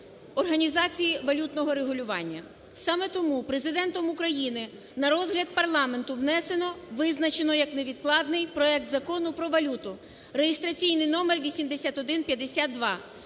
організації валютного регулювання. Саме тому Президентом України на розгляд парламенту внесено, визначено як невідкладний проект Закону про валюту (реєстраційний номер 8152),